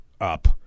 up